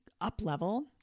up-level